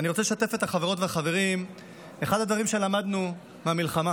אני רוצה לשתף את החברות והחברים באחד הדברים שלמדנו מהמלחמה: